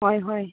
ꯍꯣꯏ ꯍꯣꯏ